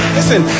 Listen